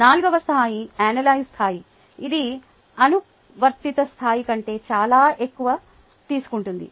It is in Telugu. నాల్గవ స్థాయి అనల్య్జే స్థాయి ఇది అనువర్తిత స్థాయి కంటే చాలా ఎక్కువ తీసుకుంటుంది